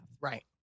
Right